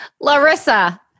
Larissa